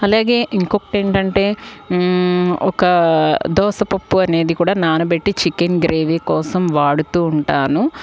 అలాగే ఇంకొకటి ఏంటంటే ఒక దోస పప్పు అనేది కూడా నానబెట్టి చికెన్ గ్రేవీ కోసం వాడుతూ ఉంటాను